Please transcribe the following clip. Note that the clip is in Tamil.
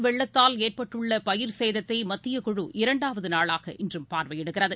வெள்ளத்தால் ஏற்பட்டுள்ளபயிர்ச்சேதத்தைமத்தியக்குழு இரண்டாவதுநாளாக இன்றும் பார்வையிடுகிறது